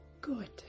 Good